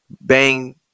bang